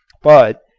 but,